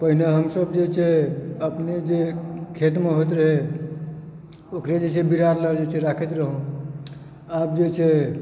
पहिने हमसब जे छै अपने जे खेतमे होइत रहै ओकरे जे छै से राखैत रहौं आब जे छै